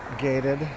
gated